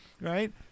Right